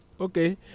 Okay